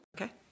Okay